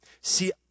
See